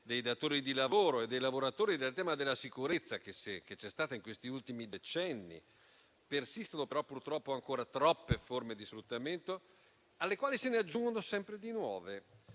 dei datori di lavoro e dei lavoratori del tema della sicurezza che c'è stata in questi ultimi decenni, persistono purtroppo ancora troppe forme di sfruttamento, alle quali se ne aggiungono sempre di nuove.